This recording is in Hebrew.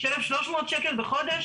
של 1,300 שקלים בחודש?